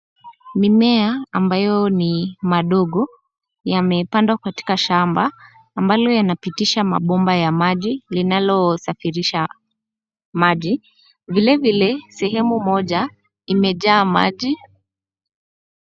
Mimea ambayo ni madogo yamepandwa katika shamba ambalo yanapitisha mabomba ya maji linalosafirisha maji. Vilevile sehemu moja imejaa maji.